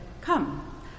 Come